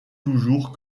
toujours